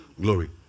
Glory